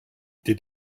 did